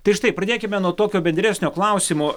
tai štai pradėkime nuo tokio bendresnio klausimo